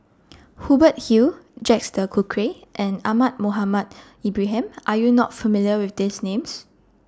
Hubert Hill Jacques De Coutre and Ahmad Mohamed Ibrahim Are YOU not familiar with These Names